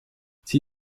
sie